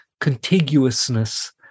contiguousness